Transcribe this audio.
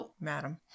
madam